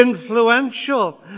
influential